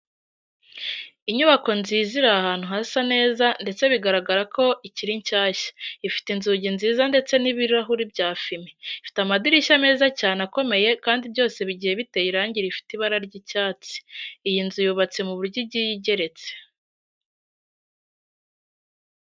Inyubako nziza iri ahantu hasa neza ndetse bigaragara ko ikiri nshyashya, ifite inzugi nziza ndetse n'ibirahuri bya fime, ifite amadirishya meza cyane akomeye kandi byose bigiye biteye irangi rifite ibara ry'icyatsi. Iyi nzu yubatse mu buryo igiye igeretse.